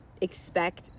expect